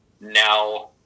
now